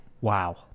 Wow